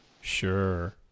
Sure